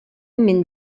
minn